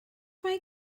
mae